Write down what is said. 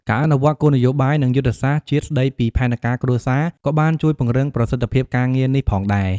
ការអនុវត្តន៍គោលនយោបាយ និងយុទ្ធសាស្ត្រជាតិស្តីពីផែនការគ្រួសារក៏បានជួយពង្រឹងប្រសិទ្ធភាពការងារនេះផងដែរ។